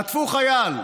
חטפו חייל,